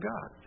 God